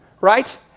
Right